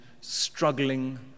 struggling